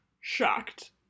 shocked